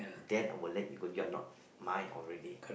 then I will let you go you are not mine already